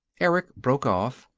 erick broke off.